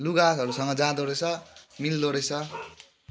लुगाहरूसँग जाँदो रहेछ मिल्दो रहेछ